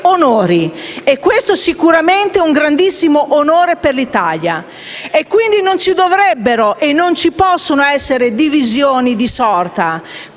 E questo sicuramente sarebbe un grandissimo onore per l'Italia. Quindi, non ci dovrebbero e non ci possono essere divisioni di sorta.